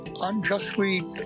unjustly